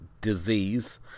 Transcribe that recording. disease